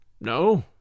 No